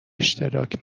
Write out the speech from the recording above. اشتراک